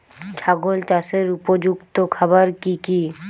ছাগল চাষের উপযুক্ত খাবার কি কি?